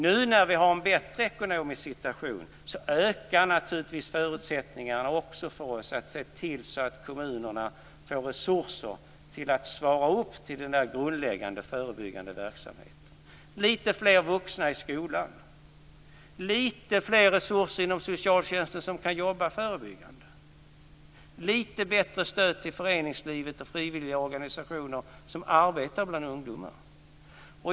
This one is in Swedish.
Nu, när vi har en bättre ekonomisk situation, ökar naturligtvis också våra förutsättningar att se till att kommunerna får resurser till denna grundläggande förebyggande verksamhet - litet fler vuxna i skolan, litet fler resurser inom socialtjänsten som kan jobba förebyggande, litet bättre stöd till föreningslivet och till de frivilliga organisationer som arbetar bland ungdomarna.